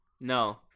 No